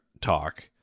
talk